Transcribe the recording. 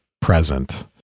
present